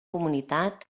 comunitat